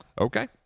Okay